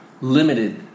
limited